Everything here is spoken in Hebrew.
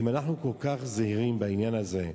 אם אנחנו כל כך זהירים בעניין הזה,